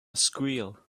squeal